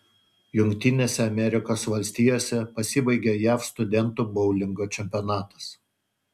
jungtinėse amerikos valstijose pasibaigė jav studentų boulingo čempionatas